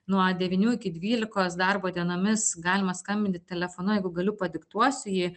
nuo devynių iki dvylikos darbo dienomis galima skambinti telefonu jeigu galiu padiktuosiu jį